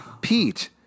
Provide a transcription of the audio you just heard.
Pete